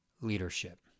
Leadership